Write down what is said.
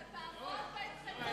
אתה תעמוד בהתחייבות של נתניהו, כן או לא?